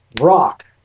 rock